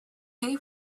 pay